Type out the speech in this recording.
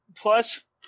Plus